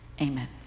amen